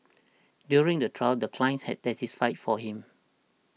during the trial the clients had testified for him